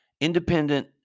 independent